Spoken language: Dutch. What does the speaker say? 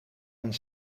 een